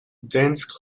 dense